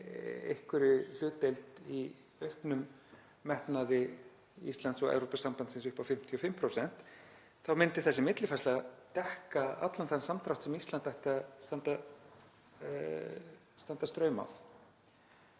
einhverri hlutdeild í auknum metnaði Íslands og Evrópusambandsins upp á 55% þá myndi þessi millifærsla dekka allan þann samdrátt sem Ísland ætti að standa straum af.